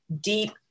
deep